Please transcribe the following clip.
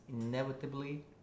inevitably